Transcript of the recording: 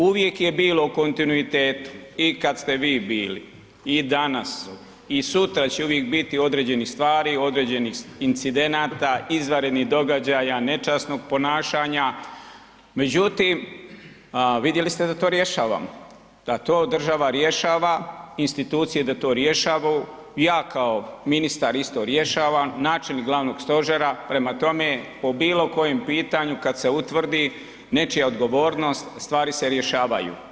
Uvijek je bilo u kontinuitetu i kada ste vi bili i danas i sutra će uvijek biti određenih stvari, određenih incidenata, izvanrednih događaja nečasnog ponašanja, međutim, vidjeli ste da to rješavamo, da to država rješava, institucije da to rješavaju i ja kao ministar isto rješavam, načelnik glavnog stožera, prema tome o bilo kojem pitanju kada se utvrdi nečija odgovornost stvari se rješavaju.